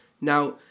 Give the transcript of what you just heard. Now